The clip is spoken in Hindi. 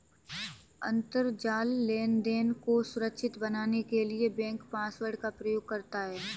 अंतरजाल लेनदेन को सुरक्षित बनाने के लिए बैंक पासवर्ड का प्रयोग करता है